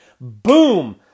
boom